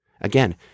Again